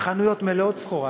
החנויות מלאות סחורה,